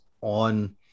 on